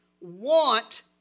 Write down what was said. want